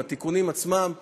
עם התיקונים עצמם,